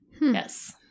yes